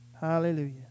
Hallelujah